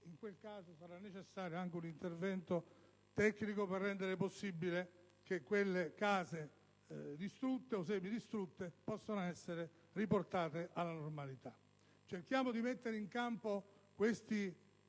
in questo caso, sarà necessario anche un intervento tecnico per far sì che quelle case distrutte o semidistrutte possano essere riportate alla normalità. Cerchiamo di mettere in campo questi interventi